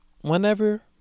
Whenever